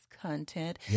content